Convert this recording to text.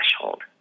threshold